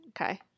okay